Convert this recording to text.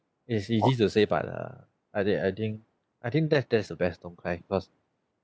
is easy to say but err I did I think I think that's that's the best don't cry because